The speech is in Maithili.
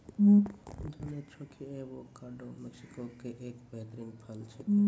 जानै छौ कि एवोकाडो मैक्सिको के एक बेहतरीन फल छेकै